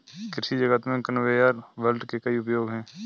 कृषि जगत में कन्वेयर बेल्ट के कई उपयोग हैं